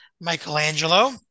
Michelangelo